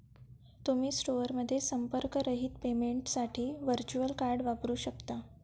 तुम्ही स्टोअरमध्ये संपर्करहित पेमेंटसाठी व्हर्च्युअल कार्ड वापरू शकता